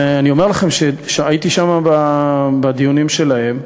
ואני אומר לכם שהייתי שם בדיונים שלהם.